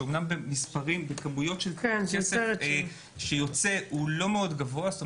שאמנם בכמות כסף שיוצא הוא לא מאוד גבוה אבל